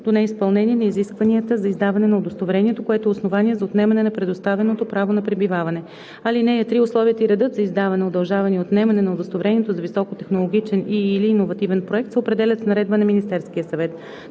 до неизпълнение на изискванията за издаване на удостоверението, което е основание за отнемане на предоставеното право на пребиваване. (3) Условията и редът за издаване, удължаване и отнемане на удостоверението за високотехнологичен и/или иновативен проект се определят с наредба на Министерския съвет.“